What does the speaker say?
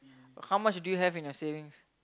how much do you have in your savings